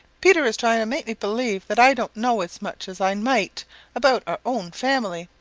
peter is trying to make me believe that i don't know as much as i might about our own family,